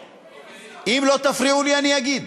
אם לא תפריעו לי אני אגיד.